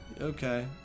Okay